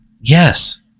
yes